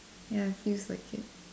ya feels like it